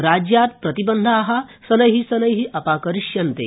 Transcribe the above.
राज्यात् प्रतिबन्धा शनै शनै अपाकरिष्यन्ते